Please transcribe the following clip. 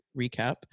recap